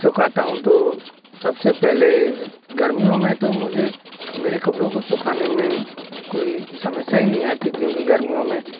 सुखाता हूँ तो सबसे पहले गर्मियों में तो मुझे मेरे कपड़ों को सुखाने में कोई समस्या ही नहीं आती क्योंकि गर्मियों में